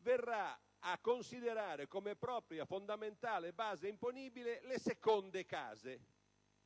verrà a considerare come propria fondamentale base imponibile le seconde case.